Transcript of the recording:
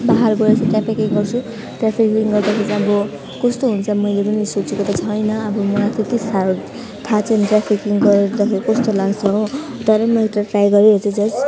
पहाड गएर चाहिँ ट्राफिकिङ गर्छु ट्राफिकिङ गर्दाखेरि चाहिँ अब कस्तो हुन्छ मैले पनि सोचेको त छैन अब मलाई त्यति साह्रो थाहा छैन ट्राफिकिङ गर्दाखेरि कस्तो लाग्छ हो तर म एक ताल ट्राई गरिहेर्छु जस्ट